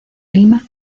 lima